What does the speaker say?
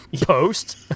Post